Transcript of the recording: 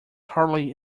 hardly